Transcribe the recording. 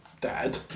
dad